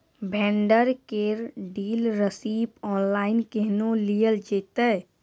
Vendor केर dealership online केहनो लियल जेतै?